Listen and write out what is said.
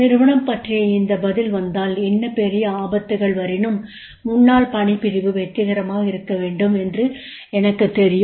நிறுவனம் பற்றிய இந்த பதில் வந்தால் என்ன பெரிய ஆபத்துகள் வரினும் முன்னாள் பணி பிரிவு வெற்றிகரமாக இருக்க வேண்டும் என்று எனக்குத் தெரியும்